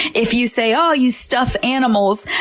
if you say, oh, you stuff animals,